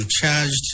charged